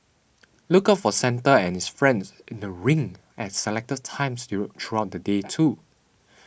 look out for Santa and his friends in the rink at selected times throughout the day too